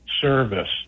service